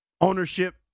ownership